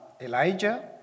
Elijah